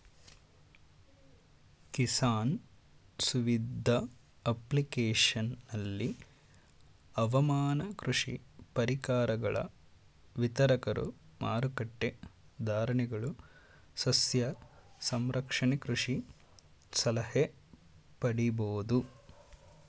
ಕಿಸಾನ್ ಸುವಿಧ ಅಪ್ಲಿಕೇಶನಲ್ಲಿ ಹವಾಮಾನ ಕೃಷಿ ಪರಿಕರಗಳ ವಿತರಕರು ಮಾರಕಟ್ಟೆ ಧಾರಣೆಗಳು ಸಸ್ಯ ಸಂರಕ್ಷಣೆ ಕೃಷಿ ಸಲಹೆ ಪಡಿಬೋದು